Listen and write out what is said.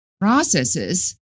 processes